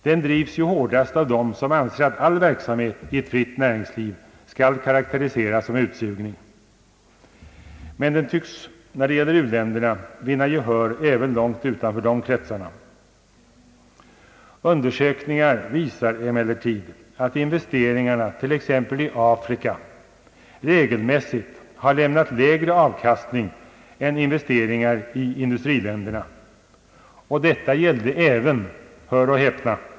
Den drivs ju hårdast av dem som anser att all verksamhet i ett fritt näringsliv skall karakteriseras som utsugning, men den tycks när det gäller u-länderna vinna gehör även långt utanför de kretsarna. Undersökningar visar emellertid att investeringarna t.ex. i Afrika regelmässigt har lämnat lägre avkastning än investeringar i industriländerna, och detta gällde även — hör och häpna!